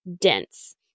dense